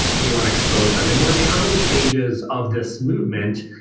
but you want to expose them. and we're in the early stages of this movement.